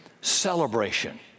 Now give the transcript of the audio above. celebration